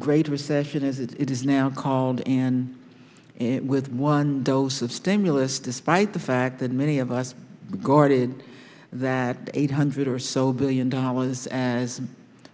great recession as it is now called and with one dose of stimulus despite the fact that many of us guarded that eight hundred or so billion dollars as